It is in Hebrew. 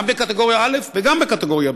גם בקטגוריה א' וגם בקטגוריה ב'?